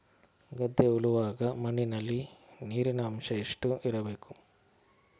ಗದ್ದೆ ಉಳುವಾಗ ಮಣ್ಣಿನಲ್ಲಿ ನೀರಿನ ಅಂಶ ಎಷ್ಟು ಇರಬೇಕು?